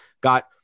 got